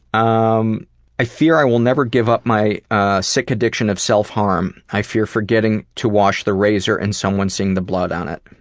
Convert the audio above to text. um i fear i will never give up my ah sick addiction of self-harm. i fear forgetting to wash the razor and someone seeing the blood on it.